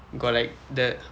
got like the